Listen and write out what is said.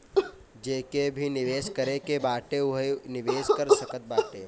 जेके भी निवेश करे के बाटे उ इहवा निवेश कर सकत बाटे